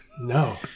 No